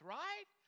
right